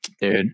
Dude